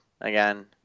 again